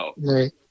Right